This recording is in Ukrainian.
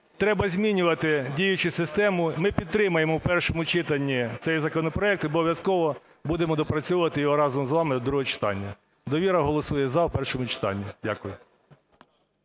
треба змінювати діючу систему. Ми підтримаємо в першому читанні цей законопроект. Обов'язково будемо доопрацьовувати його разом з вами до другого читання. "Довіра" голосує "за" в першому читанні. Дякую.